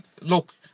look